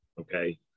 okay